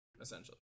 essentially